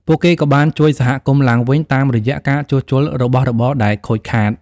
ពួកគេក៏បានជួយសហគមន៍ឡើងវិញតាមរយៈការជួសជុលរបស់របរដែលខូចខាត។